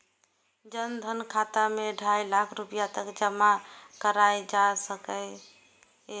जन धन खाता मे ढाइ लाख रुपैया तक जमा कराएल जा सकैए